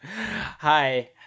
Hi